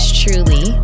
truly